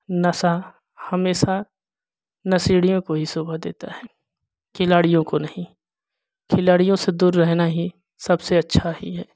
नशा हमेशा नशेड़ियों को ही शोभा देता है खिलाड़ियों को नहीं खिलाड़ियों से दूर रहना ही सबसे अच्छा ही है